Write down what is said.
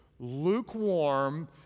lukewarm